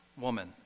woman